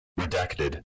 Redacted